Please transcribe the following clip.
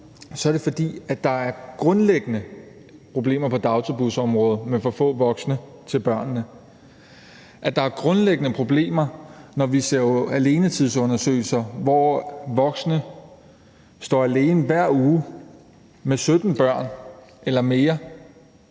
så er det, fordi der er grundlæggende problemer på dagtilbudsområdet med for få voksne til børnene, og fordi der er grundlæggende problemer, når vi ser alenetidsundersøgelser, hvor voksne hver uge står alene med 17 børn eller mere.